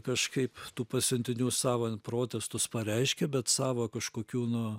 kažkaip tų pasiuntinių sava protestus pareiškė bet sava kažkokių nu